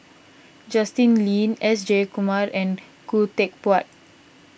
Justin Lean S Jayakumar and Khoo Teck Puat